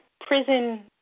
prison